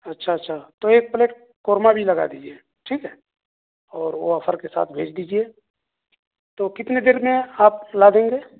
اچھا اچھا تو ایک پلیٹ قورمہ بھی لگا دیجئے ٹھیک ہے اور وہ آفر کے ساتھ بھیج دیجئے تو کتنے دیر میں آپ لا دیں گے